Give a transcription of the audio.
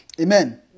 Amen